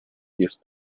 jest